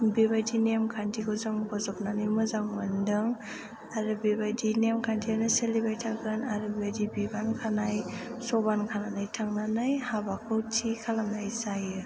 बेबायदि नेमखान्थिखौ जों बजबनानै मोजां मोन्दों आरो बेबायदि नेमखान्थियानो सोलिबाय थागोन आरो बेबायदि बिबान खानाय जबान खानानै थांनानै हाबाखौ थि खालामनाय जायो